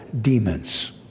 demons